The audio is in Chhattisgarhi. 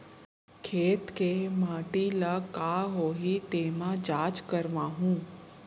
खेत के माटी ल का होही तेमा जाँच करवाहूँ?